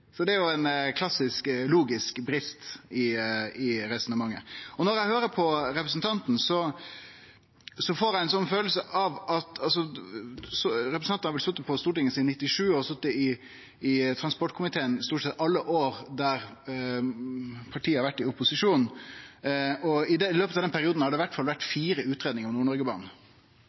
Det er ein klassisk logisk feil i resonnementet. Representanten Myrli har vel sete på Stortinget sidan 1997 og vore i transportkomiteen stort sett i alle år når partiet hans har vore i opposisjon. I løpet av den perioden har det vore i alle fall fire utgreiingar om Nord-Norge-banen. Alle har hatt ein høgare samfunnsøkonomisk lønsemd enn fleire av